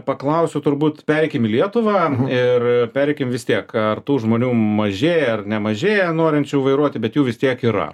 paklausiu turbūt pereikim į lietuvą ir pereikim vistiek ar tų žmonių mažėja ar nemažėja norinčių vairuoti bet jų vis tiek yra